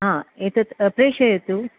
हा एतत् प्रेषयतु